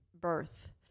birth